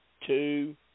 two